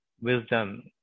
wisdom